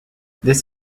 this